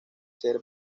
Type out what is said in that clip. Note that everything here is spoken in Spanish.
ser